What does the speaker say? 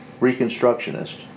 reconstructionist